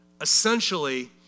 Essentially